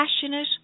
passionate